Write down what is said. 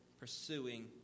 pursuing